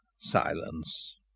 silence